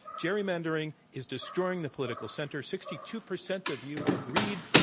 gerrymandering is destroying the political center, sixty two percent of you agreed.